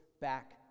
back